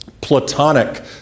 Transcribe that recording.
Platonic